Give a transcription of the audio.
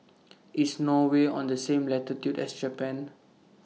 IS Norway on The same latitude as Japan